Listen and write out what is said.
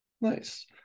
nice